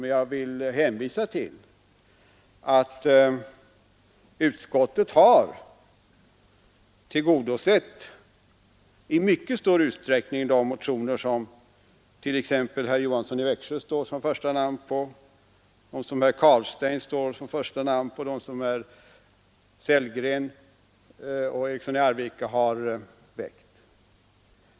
Men jag vill hänvisa till att utskottet i mycket stor utsträckning har tillgodosett de motioner som t.ex. herr Johansson i Växjö och herr Carlstein står som första namn på och den motion som herrar Sellgren och Eriksson i Arvika väckt.